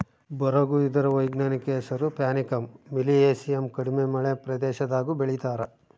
ಬರುಗು ಇದರ ವೈಜ್ಞಾನಿಕ ಹೆಸರು ಪ್ಯಾನಿಕಮ್ ಮಿಲಿಯೇಸಿಯಮ್ ಕಡಿಮೆ ಮಳೆ ಪ್ರದೇಶದಾಗೂ ಬೆಳೀತಾರ